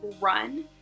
Run